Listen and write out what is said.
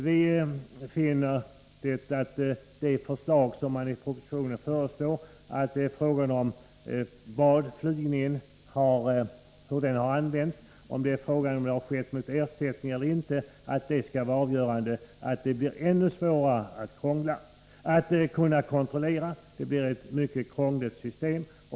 Vi finner att det system som föreslås i propositionen, som innebär att frågan om flygningen skett mot ersättning eller ej skall vara avgörande, blir ännu svårare att kontrollera. Det blir ett mycket krångligt system.